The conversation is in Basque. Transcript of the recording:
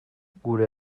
gure